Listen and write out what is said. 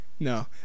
No